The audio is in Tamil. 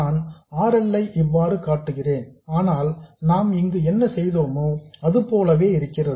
நான் R L ஐ இவ்வாறு காட்டுகிறேன் ஆனால் நாம் இங்கு என்ன செய்தோமோ அதுபோலவே இருக்கிறது